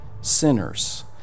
sinners